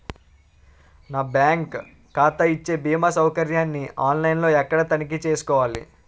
నా బ్యాంకు ఖాతా ఇచ్చే భీమా సౌకర్యాన్ని ఆన్ లైన్ లో ఎక్కడ తనిఖీ చేసుకోవాలి?